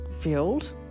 field